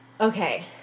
Okay